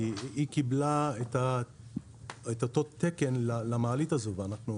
כי היא קיבלה את אותו תקן למעלית הזו ואנחנו